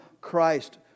Christ